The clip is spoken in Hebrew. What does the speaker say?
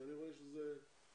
כי אני רואה שהדבר הזה חופף.